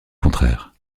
contraire